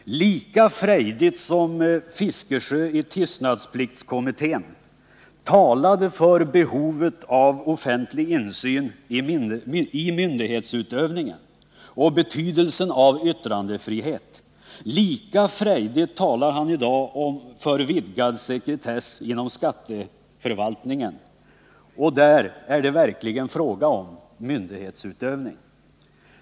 Lika frejdigt som Bertil Fiskesjö i tystnadspliktskommittén talade för behovet av offentlig insyn i myndighetsutövningen och betydelsen av yttrandefrihet, lika frejdigt talar han i dag för vidgad sekretess inom skatteförvaltningen, och där är det verkligen fråga om myndighetsutövning.